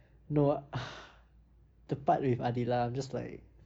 no uh the part with adela I'm just like